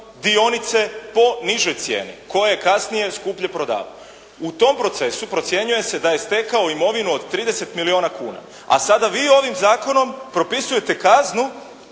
dionice po nižoj cijeni, koje je kasnije skuplje prodavao. U tom procesu procjenjuje se da je stekao imovinu od 30 milijuna kuna, a sada vi ovim zakonom propisujete kaznu